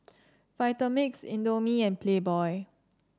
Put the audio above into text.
Vitamix Indomie and Playboy